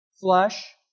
flush